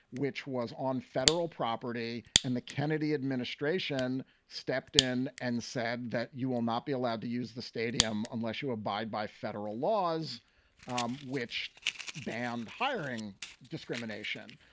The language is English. which was on federal property. and the kennedy administration stepped in and said that you will not be allowed to use the stadium unless you abide by federal laws um which banned hiring discrimination.